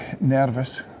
nervous